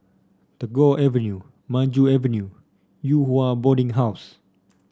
Tagore Avenue Maju Avenue Yew Hua Boarding House